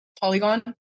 Polygon